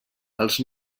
als